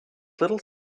little